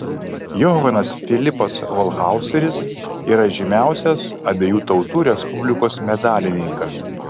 johanas filipas holchauseris yra žymiausias abiejų tautų respublikos medalininkas